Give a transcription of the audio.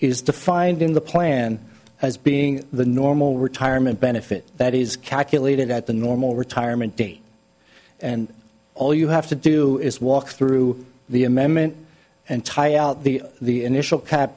defined in the plan as being the normal retirement benefit that is calculated at the normal retirement date and all you have to do is walk through the amendment and tie out the the initial cap